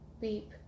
beep